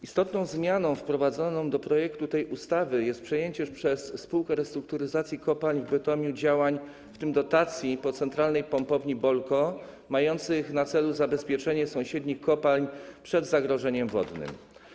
Istotną zmianą wprowadzoną do projektu tej ustawy jest przejęcie przez Spółkę Restrukturyzacji Kopalń w Bytomiu działań, w tym dotacji, Centralnej Pompowni Bolko, mających na celu zabezpieczenie sąsiednich kopalń przed zagrożeniem wodnym.